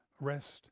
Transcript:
rest